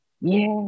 Yes